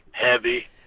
Heavy